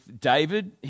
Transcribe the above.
David